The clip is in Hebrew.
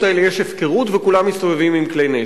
האלה יש הפקרות וכולם מסתובבים עם כלי נשק.